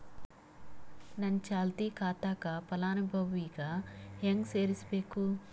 ನನ್ನ ಚಾಲತಿ ಖಾತಾಕ ಫಲಾನುಭವಿಗ ಹೆಂಗ್ ಸೇರಸಬೇಕು?